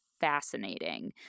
fascinating